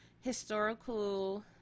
historical